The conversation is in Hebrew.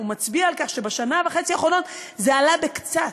הוא מצביע על כך שבשנה וחצי האחרונה הוא עלה קצת.